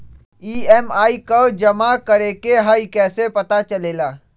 EMI कव जमा करेके हई कैसे पता चलेला?